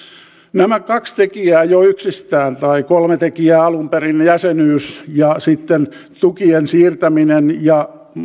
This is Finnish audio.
nämä kaksi tekijää jo yksistään tai kolme tekijää alun perin jäsenyys ja sitten tukien siirtäminen ja